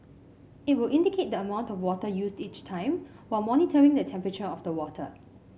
it will indicate the amount of water used each time while monitoring the temperature of the water